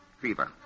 Fever